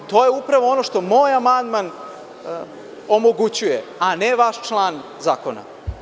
To je upravo ono što moj amandman omogućuje, a ne vaš član zakona.